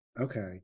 Okay